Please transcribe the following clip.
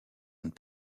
une